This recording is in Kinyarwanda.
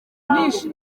nyinshi